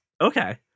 okay